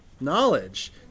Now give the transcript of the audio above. knowledge